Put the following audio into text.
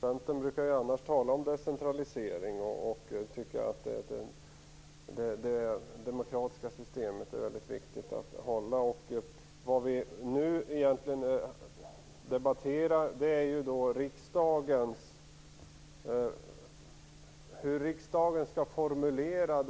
Centern brukar ju annars tala om decentralisering och tycka att det är väldigt viktigt att hålla på det demokratiska systemet. Vad vi nu debatterar är hur riksdagen skall formulera